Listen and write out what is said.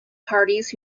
parties